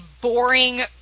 boring